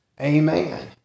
Amen